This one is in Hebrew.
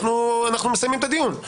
אנו מסיימים את הדיון.